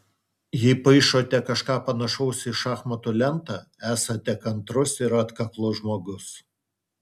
jei paišote kažką panašaus į šachmatų lentą esate kantrus ir atkaklus žmogus